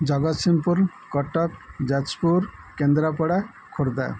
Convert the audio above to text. Jagatsinghpur Cuttack Jajpur Kendrapara Khordha